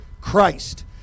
Christ